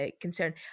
concern